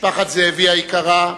משפחת זאבי היקרה,